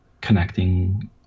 connecting